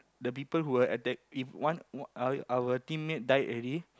the people who were attacking if one our our teammate die already